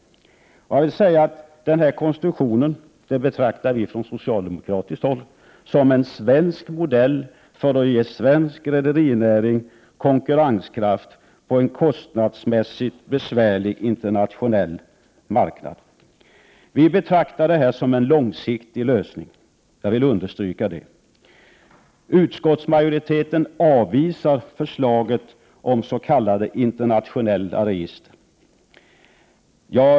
Denna konstruktion betraktar vi från socialdemokratiskt håll som en svensk modell för att ge svensk rederinäring konkurrenskraft på en kostnadsmässigt besvärlig internationell marknad. Vi betraktar detta som en långsiktig lösning. Jag vill understryka det. Utskottsmajoriteten avvisar förslaget om s.k. internationella register.